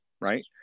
Right